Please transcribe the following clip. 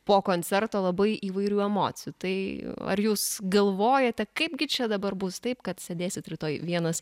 po koncerto labai įvairių emocijų tai ar jūs galvojate kaipgi čia dabar bus taip kad sėdėsit rytoj vienas